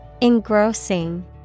engrossing